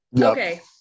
Okay